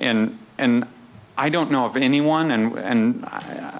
and and i don't know if anyone and